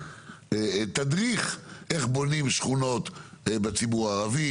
תדריך איך בונים שכונות בציבור הערבי.